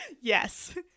Yes